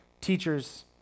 teachers